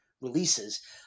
releases